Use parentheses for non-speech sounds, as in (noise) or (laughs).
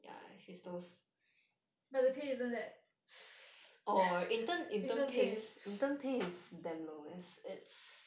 but the pay isn't that (laughs) intern pay is